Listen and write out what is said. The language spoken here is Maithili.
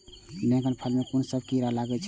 बैंगन के फल में कुन सब कीरा लगै छै यो?